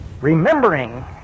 remembering